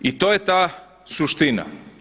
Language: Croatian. I to je ta suština.